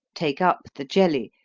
take up the jelly,